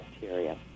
bacteria